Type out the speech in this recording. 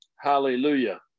Hallelujah